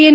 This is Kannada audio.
ಎನ್